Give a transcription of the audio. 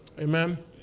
Amen